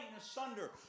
asunder